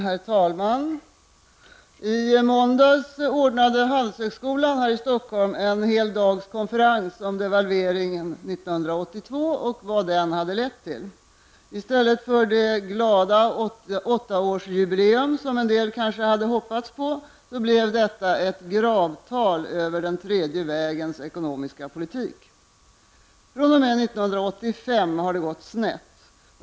Herr talman! I måndags ordnade Handelshögskolan i Stockholm en hel dags konferens om devalveringen 1982 och vad den har lett till. I stället för det glada åttaårsjubileum som en del kanske hade hoppats på blev det ett gravtal över den tredje vägens ekonomiska politik. fr.o.m. 1985 har det gått snett.